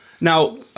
Now